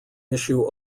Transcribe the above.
issue